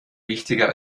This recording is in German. wichtiger